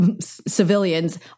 civilians